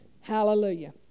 Hallelujah